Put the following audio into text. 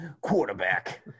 quarterback